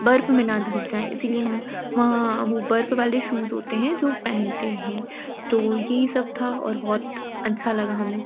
बर्फ़ में न धंस जाए इसलिए हम वहाँ वो बर्फ़ वाले शूज़ होते हैं जो पहनते हें तो यही सब था और बहुत अच्छा लगा हमें